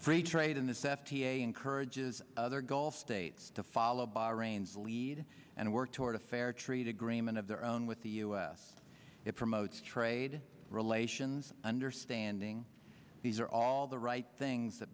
free trade in this f d a encourages other gulf states to follow bahrain's lead and work toward a fair trade agreement of their own with the us it promotes trade relations understanding these are all the right things that